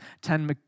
Ten